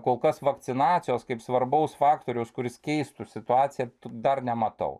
kol kas vakcinacijos kaip svarbaus faktoriaus kuris keistų situaciją dar nematau